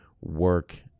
work